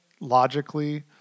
logically